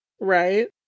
Right